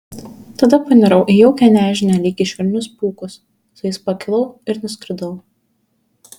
tada panirau į jaukią nežinią lyg į švelnius pūkus su jais pakilau ir nuskridau